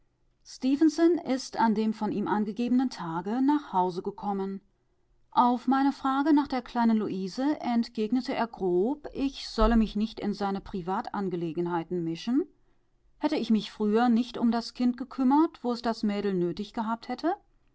ist an dem von ihm angegebenen tage nach hause gekommen auf meine frage nach der kleinen luise entgegnete er grob ich solle mich nicht in seine privatangelegenheiten mischen hätte ich mich früher nicht um das kind gekümmert wo es das mädel